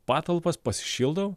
patalpas pasišildau